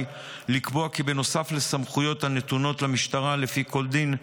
לקבוע כי בנוסף לסמכויות הנתונות למשטרה לפי כל דין,